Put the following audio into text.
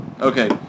okay